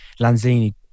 Lanzini